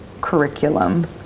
curriculum